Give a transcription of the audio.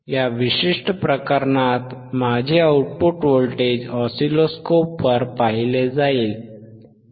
या विशिष्ट प्रकरणात माझे आउटपुट व्होल्टेज ऑसिलोस्कोपवर पाहिले जाईल